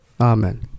Amen